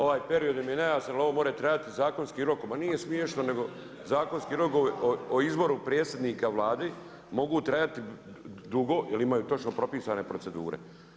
Ovaj period mi je nejasan jer ovo može trajati zakonski rok, ma nije smiješno nego zakonski rokovi o izboru predsjednika Vlade mogu trajati dugo jer imaju točno propisane procedure.